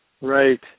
right